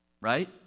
Right